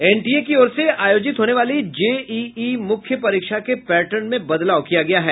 NTA की ओर से आयोजित होने वाली जेईई मुख्य परीक्षा के पैर्टन में बदलाव किया गया है